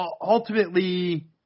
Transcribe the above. ultimately